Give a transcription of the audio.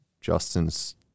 Justin's